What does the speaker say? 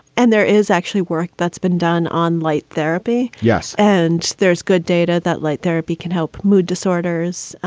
and there is actually work that's been done on light therapy. yes. and there's good data that light therapy can help. mood disorders.